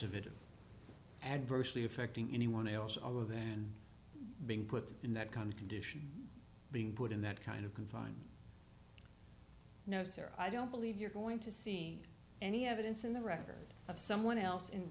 of it adversely affecting anyone else other than being put in that kind of condition being put in that kind of confined knows there i don't believe you're going to see any evidence in the record of someone else in